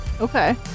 Okay